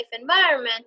environment